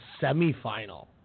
semifinal